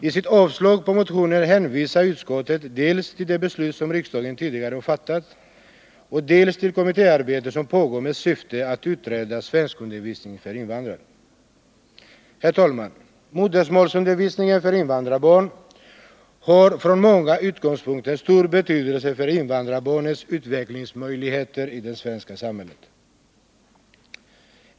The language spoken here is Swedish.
I sitt avstyrkande av motionen hänvisar utskottet dels till de beslut som riksdagen tidigare har fattat, dels till kommittéarbete som pågår med syfte att utreda svenskundervisningen för invandrare. Herr talman! Modersmålsundervisningen för invandrarbarn har från många utgångspunkter stor betydelse för invandrarbarnens utvecklingsmöjligheter i det svenska samhället.